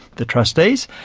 the trustees,